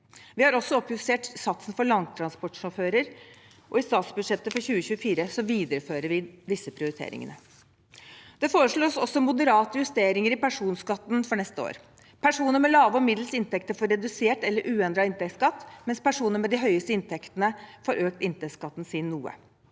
Vi har også oppjustert satsen for langtransportsjåfører. I statsbudsjettet for 2024 viderefører vi disse prioriteringene. Det foreslås også moderate justeringer i personskatten for neste år. Personer med lave og middels inntekter får redusert eller uendret inntektsskatt, mens personer med de høyes te inntektene får økt inntektsskatten sin noe.